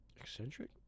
Eccentric